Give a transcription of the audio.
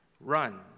run